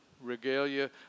regalia